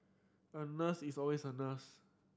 a nurse is always a nurse